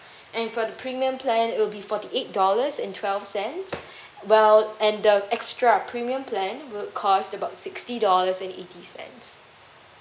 and for the premium plan it will be forty eight dollars and twelve cents well and the extra premium plan would cost about sixty dollars and eighty cents